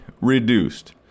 reduced